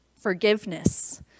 Forgiveness